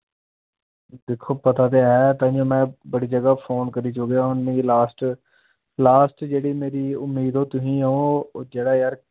दिक्खो पता ते ऐ तांइयों में बड़ी ज'गा फोन करी चुकेआं हून मिगी लास्ट लास्ट मिगी मेरी उम्मीद ओह् तुहीं ओह् जेह्ड़ा यार